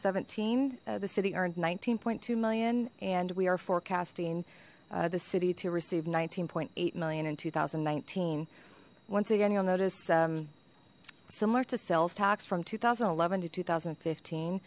seventeen the city earned nineteen point two million and we are forecasting the city to receive nineteen point eight million in two thousand and nineteen once again you'll notice similar to sales tax from two thousand and eleven to two thousand and fifteen